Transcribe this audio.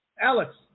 Alex